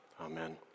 Amen